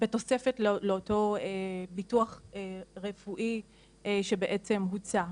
בתוספת לאותו ביטוח רפואי שבעצם הוצע,